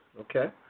Okay